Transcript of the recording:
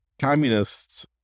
communists